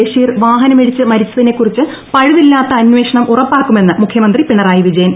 ബഷീർ വാഹനമിടിച്ച് മരിച്ചതിനെകുറിച്ച് പഴുതില്ലാത്ത അന്വേഷണം ഉറപ്പാക്കുമെന്ന് മുഖ്യമന്ത്രി പിണറായി പിജയൻ